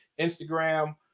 instagram